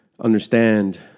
understand